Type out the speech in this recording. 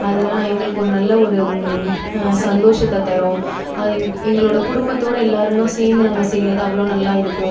அதுனா எங்களுக்கு ஒரு நல்ல ஒரு சந்தோஷத்தை தரும் அது எங்களோடய குடும்பத்தோடு எல்லோருமா சேர்ந்து நாங்கள் செய்வது அவ்வளோ நல்லா இருக்கும்